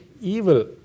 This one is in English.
evil